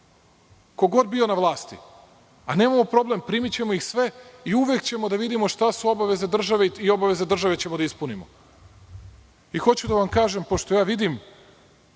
ko god bio na vlasti. A nemamo problem, primićemo ih sve i uvek ćemo da vidimo šta su obaveze države i obaveze države ćemo da ispunimo.I hoću da vam kažem, pošto ja vidim